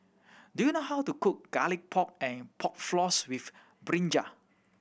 do you know how to cook Garlic Pork and Pork Floss with brinjal